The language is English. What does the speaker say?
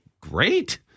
great